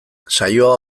saioa